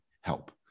help